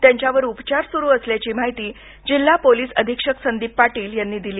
त्यांच्यावर उपचार सूरु असल्याची माहिती जिल्हा पोलीस अधीक्षक संदीप पाटील यांनी दिली